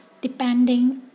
depending